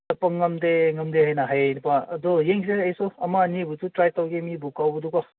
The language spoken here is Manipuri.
ꯆꯠꯄ ꯉꯝꯗꯦ ꯉꯝꯗꯦ ꯍꯥꯏꯅ ꯍꯥꯏꯕ ꯑꯗꯣ ꯌꯦꯡꯁꯦ ꯑꯩꯁꯨ ꯑꯃ ꯑꯅꯤꯕꯨꯁꯨ ꯇ꯭ꯔꯥꯏ ꯇꯧꯒꯦ ꯃꯤꯕꯨ ꯀꯧꯕꯗꯨꯀꯣ